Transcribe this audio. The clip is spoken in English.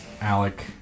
Alec